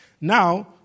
Now